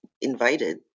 invited